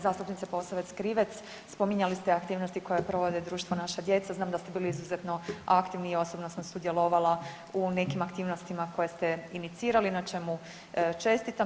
Zastupnice Posavac Krivec spominjali ste aktivnosti koje provode društvo Naša djeca, znam da ste bili izuzetno aktivni i osobno sam sudjelovala u nekim aktivnostima koje ste inicirali, na čemu čestitam.